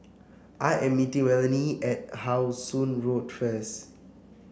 I am meeting Melonie at How Song Road first